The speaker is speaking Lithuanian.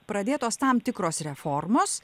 pradėtos tam tikros reformos